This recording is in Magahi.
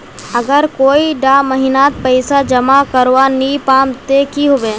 अगर कोई डा महीनात पैसा जमा करवा नी पाम ते की होबे?